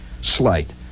slight